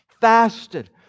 fasted